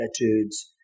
attitudes